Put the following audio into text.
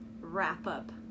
wrap-up